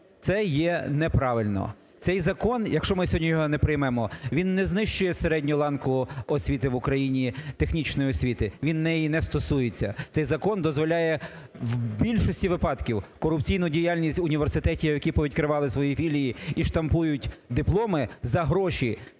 Це є неправильно. Цей закон, якщо ми сьогодні його не приймемо, він не знищує середню ланку освіти в Україні, технічної освіти, він неї не стосується, цей закон дозволяє у більшості випадків корупційну діяльність університетів, які повідкривали свої філії і штампують дипломи за гроші,